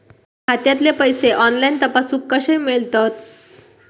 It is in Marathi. खात्यातले पैसे ऑनलाइन तपासुक कशे मेलतत?